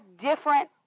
different